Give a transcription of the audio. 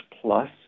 plus